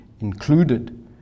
included